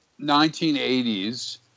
1980s